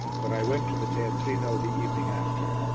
but i went to the teatrino the evening after.